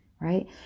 right